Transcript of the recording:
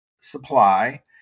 supply